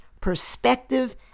perspective